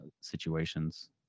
situations